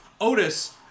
otis